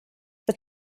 but